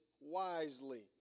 wisely